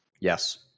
Yes